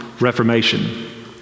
Reformation